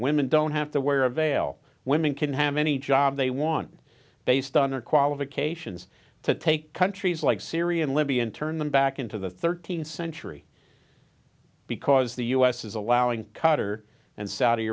women don't have to wear a veil women can have any job they want based on their qualifications to take countries like syria and libya and turn them back into the thirteenth century because the u s is allowing cutter and saudi